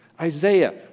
Isaiah